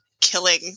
killing